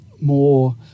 more